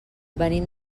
venim